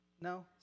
No